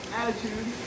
attitude